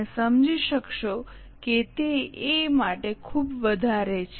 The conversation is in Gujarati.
તમે સમજી શકશો કે તે એ માટે ખૂબ વધારે છે